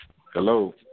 hello